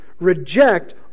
reject